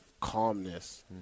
calmness